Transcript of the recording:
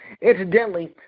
Incidentally